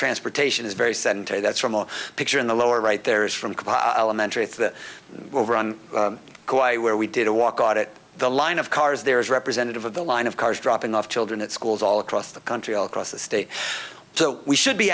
transportation is very sedentary that's from a picture in the lower right there is from elementary to over on quite where we did a walk audit the line of cars there is representative of the line of cars dropping off children at schools all across the country all across the state so we should be